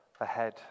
Ahead